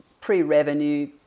pre-revenue